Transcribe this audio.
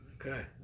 Okay